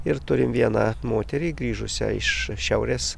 ir turim vieną moterį grįžusią iš šiaurės